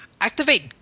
activate